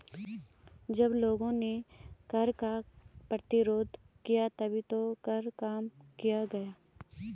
जब लोगों ने कर का प्रतिरोध किया तभी तो कर कम किया गया